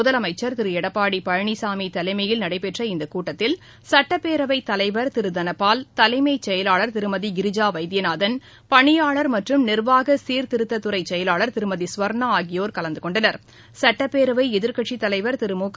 முதலமைச்சர் திரு எடப்பாடி பழனிசாமி தலைமையில் நடைபெற்ற இந்த கூட்டத்தில் சுட்டப்பேரவைத் தலைவர் திரு ப தனபால் தலைமைச் செயலாளர் திருமதி கிரிஜா வைத்தியநாதன் பணியாளர் மற்றும் நிர்வாக சீர்திருத்தத்துறை செயலாளர் திருமதி எஸ் ஸ்வர்ணா ஆகியோர் கலந்துகொண்டனர் சுட்டப்பேரவை எதிர்க்கட்சித்தலைவர் திரு முக